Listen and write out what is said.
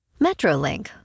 MetroLink